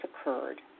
occurred